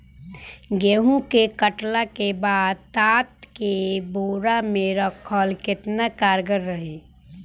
गेंहू कटला के बाद तात के बोरा मे राखल केतना कारगर रही?